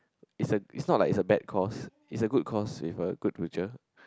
its a its not like a bad course its a good course with a good future